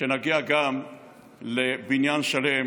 נגיע גם לבניין שלם